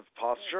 posture